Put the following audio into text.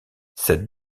cette